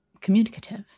communicative